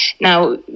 Now